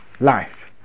life